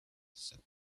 said